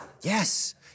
Yes